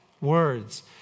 Words